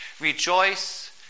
rejoice